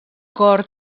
cor